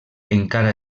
encara